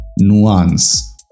nuance